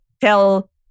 tell